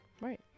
Right